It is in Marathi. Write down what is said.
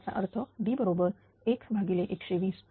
याचा अर्थ D बरोबर 1120